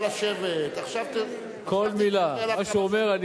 שהוא אומר.